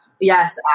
Yes